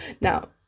now